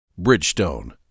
Bridgestone